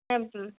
হুম